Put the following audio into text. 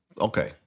Okay